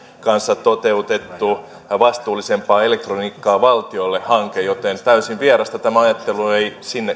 kanssa toteutettu vastuullisempaa elektroniikkaa valtiolle hanke joten täysin vierasta tämä ajattelu ei